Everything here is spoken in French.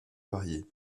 variées